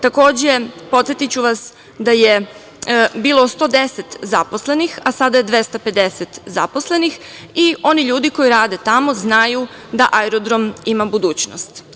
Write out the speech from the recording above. Takođe, podsetiću vas da je bilo 110 zaposlenih, a sada je 250 zaposlenih, i oni ljudi koji rade tamo znaju da aerodrom ima budućnost.